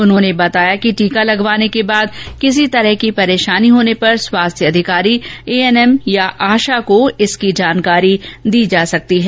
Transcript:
उन्होंने बताया कि टीका लगवाने के बाद किसी तरह की परेशानी होने पर स्वास्थ्य अधिकारी ए एन एम या आशा को इसकी जानकारी दी जा सकती है